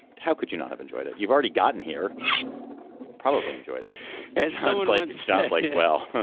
how could you not have enjoyed it? you've already gotten here. you've probably enjoyed it as someone like so like well,